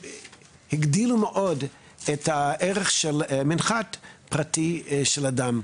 הגדילו מאוד את הערך של מנחת פרטי של אדם.